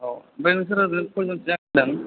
औ आमफ्राय नोंसोरो ओरैनो खयजोनसो जाबोगोन